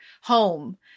home